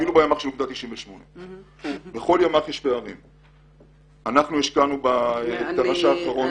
אפילו בימ"ח של אוגדה 98. אנחנו השקענו בתר"ש האחרון